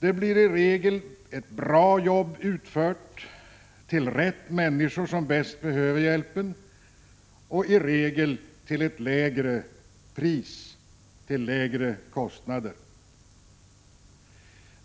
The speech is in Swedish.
I regel utförs det ett bra arbete, och hjälpen kommer de människor till del som bäst behöver den. I regel blir det också lägre kostnader.